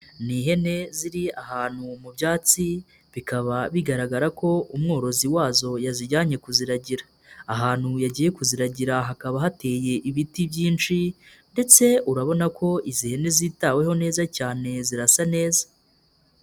Ni ihene ziri ahantu mu byatsi, bikaba bigaragara ko umworozi wazo yazijyanye kuziragira, ahantu yagiye kuziragira hakaba hateye ibiti byinshi ndetse urabona ko izi hene zitaweho neza cyane zirasa neza.